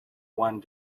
one